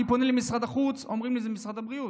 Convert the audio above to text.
אני פונה למשרד החוץ ואומרים לי: זה משרד הבריאות.